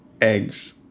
eggs